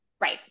Right